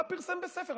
בא ופרסם בספר,